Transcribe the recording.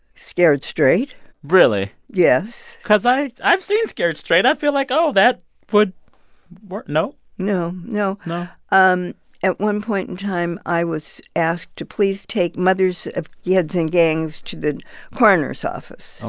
scared straight really? yes cause i i've seen scared straight! i feel like, oh, that would work no? no, no no um at one point in time, i was asked to please take mothers of kids in gangs to the coroner's office.